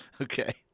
Okay